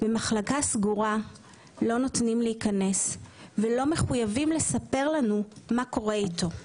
במחלקה סגורה לא נותנים להיכנס ולא מחויבים לספר לנו מה קורה איתו.